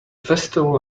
festival